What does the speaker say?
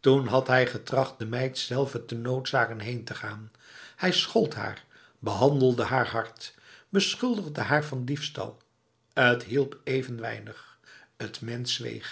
toen had hij getracht de meid zelve te noodzaken heen te gaan hij schold haar behandelde haar hard beschuldigde haar van diefstal t hielp even weinig t mens zweeg